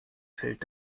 fällt